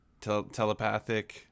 telepathic